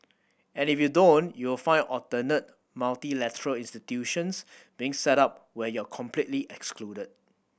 and if you don't you will find alternate multilateral institutions being set up where you are completely excluded